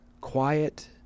quiet